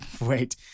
wait